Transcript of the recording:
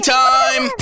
time